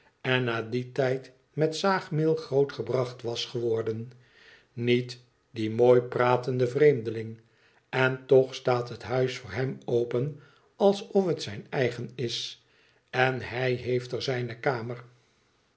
en na dien tijd met zaagmeel groot gebracht was geworden niet die mooi pratende vreemdeling en toch staat het huis voor hem open alsof het zijn eigen is en hij heeft er zijne kamer